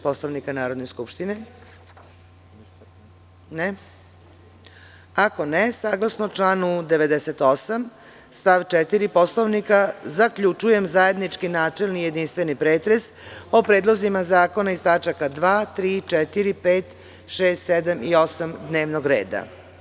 Poslovnika Narodne skupštine? (Ne.) Saglasno članu 98. stav 4. Poslovnika, zaključujem zajednički načelni i jedinstveni pretres o predlozima zakona iz tačaka 2, 3, 4, 5, 6, 7. i 8. dnevnog reda.